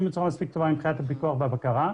בצורה מספיק טובה מבחינת הפיקוח והבקרה.